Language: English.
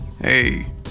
hey